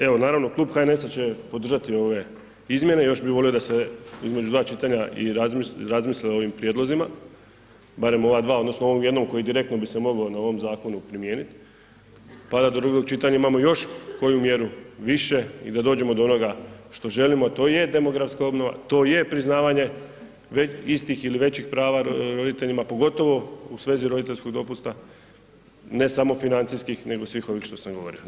Evo naravno, Klub HNS-a će podržati ove izmjene, još bi volio da se između dva čitanja i razmisli o ovim prijedlozima, barem ova dva, odnosno ovom jednom koji direktno bi se mogao na ovom zakonu primijeniti, pa da do drugog čitanja imamo još koju mjeru više i da dođemo do onoga što želimo, a to je demografska obnova, to je priznavanje istih ili većih prava roditeljima pogotovo u svezi roditeljskog dopusta, ne samo financijskih nego svih ovih što sam govorio.